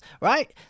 right